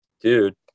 Dude